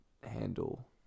handle